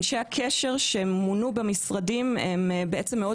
אנשי הקשר שמונו במשרדים הם בעצם מאוד